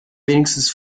wenigstens